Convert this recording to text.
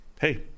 hey